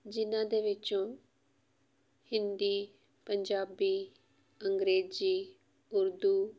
ਜਿਨ੍ਹਾਂ ਦੇ ਵਿੱਚੋਂ ਹਿੰਦੀ ਪੰਜਾਬੀ ਅੰਗਰੇਜੀ ਉਰਦੂ